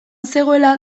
zegoela